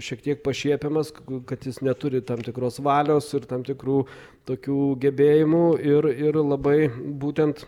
šiek tiek pašiepiamas kad jis neturi tam tikros valios ir tam tikrų tokių gebėjimų ir ir labai būtent